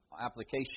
application